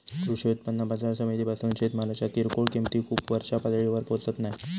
कृषी उत्पन्न बाजार समितीपासून शेतमालाच्या किरकोळ किंमती खूप वरच्या पातळीवर पोचत नाय